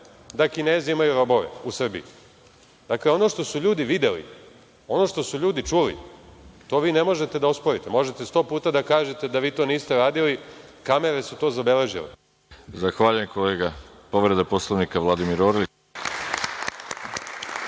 da Kinezi imaju robove u Srbiji. Dakle, ono što su ljudi videli, ono što su ljudi čuli, to vi ne možete da osporite. Možete sto puta da kažete da vi to niste radili, kamere su to zabeležile. **Đorđe Milićević** Zahvaljujem. Povreda Poslovnika, reč ima Vladimir Orlić.